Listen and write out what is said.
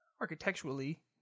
architecturally